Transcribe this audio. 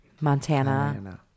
Montana